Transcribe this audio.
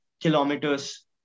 kilometers